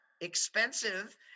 expensive